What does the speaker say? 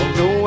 no